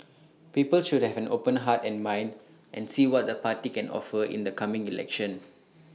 people should have an open heart and mind and see what the party can offer in the coming election